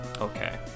Okay